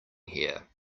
here